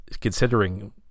considering